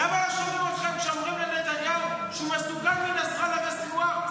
למה לא שומעים אתכם כשאומרים לנתניהו שהוא מסוכן מנסראללה וסנוואר?